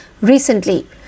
recently